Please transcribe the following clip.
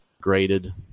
graded